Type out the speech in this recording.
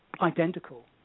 identical